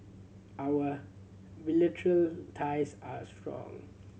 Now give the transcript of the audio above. our bilateral ties are strong